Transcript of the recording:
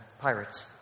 Pirates